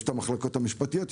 יש את המחלוקת המשפטיות,